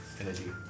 energy